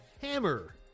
Hammer